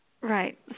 right